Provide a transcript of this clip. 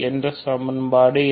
மற்ற சமன்பாடு என்ன